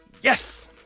Yes